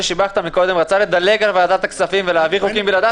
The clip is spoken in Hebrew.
שר האוצר רצה לדלג על ועדת הכספים ולהעביר חוקים בלעדיה,